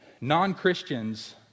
Non-Christians